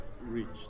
reached